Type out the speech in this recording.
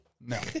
No